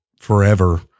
forever